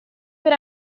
per